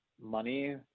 money